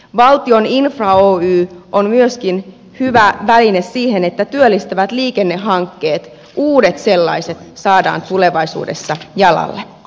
valtion infra oy on myöskin hyvä väline siihen että työllistävät liikennehankkeet uudet sellaiset saadaan tulevaisuudessa jalalle